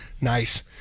Nice